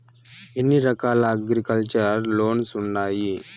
ఎన్ని రకాల agriculture loans ఉండాయి